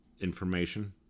information